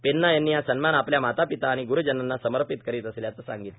पेन्ना यांनी हा सन्मान आपल्या माता पिता आणि ग्रुजनांना समर्पित करीत असल्याचे सांगितले